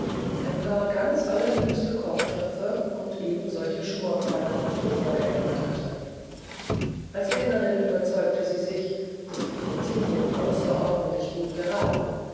ein paar ganz allerliebste kochtöpfe und ebensolche schmorpfannen aus kupfer gehämmert hatte als kennerin überzeugte sie sich daß die verzinnung außerordentlich gut geraten